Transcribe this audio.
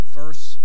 verse